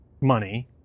money